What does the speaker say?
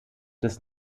des